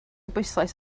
bwyslais